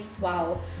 wow